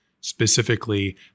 Specifically